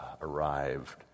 arrived